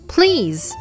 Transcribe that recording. Please